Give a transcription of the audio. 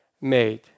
made